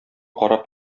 карап